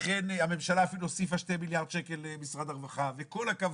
והממשלה אפילו הוסיפה שני מיליארד שקל למשרד הרווחה וכל הכבוד,